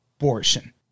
abortion